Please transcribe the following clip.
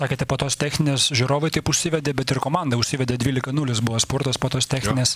sakėte po tos techninės žiūrovai taip užsivedė bet ir komanda užsivedė dvylika nulis buvo spurtas po tos techninės